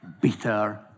bitter